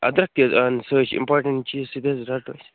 اَدٕرکھ تہِ حظ اَہَن حظ سُے چھُ اِمپاٹنٛٹ چیٖز سُہ تہِ حظ رٹو